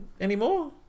anymore